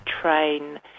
train